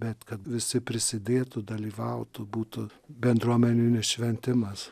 bet kad visi prisidėtų dalyvautų būtų bendruomeninis šventimas